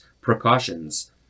precautions